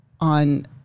on